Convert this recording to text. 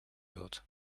wird